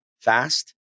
fast